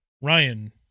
Ryan